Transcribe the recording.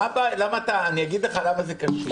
למה זה קשור.